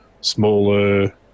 smaller